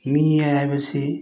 ꯃꯤ ꯍꯥꯏꯕꯁꯤ